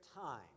time